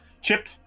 Chip